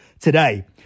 today